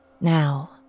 Now